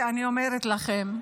כי אני אומרת לכם,